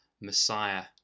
Messiah